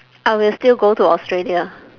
I will still go to australia